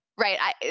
Right